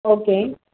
okay